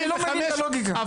אני לא מבין את הלוגיקה.